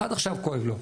עד עכשיו כואב לו.